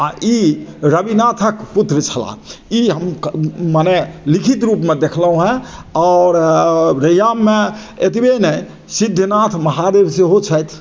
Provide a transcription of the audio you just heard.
आ ई रविनाथक पुत्र छलाह ई हम मने लिखित रूपमे देखलहुँ हेँ आओर रैयाममे एतबहि नहि सिद्धनाथ महादेव सेहो छथि